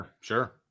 sure